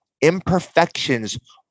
Imperfections